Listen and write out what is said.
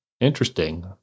Interesting